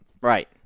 Right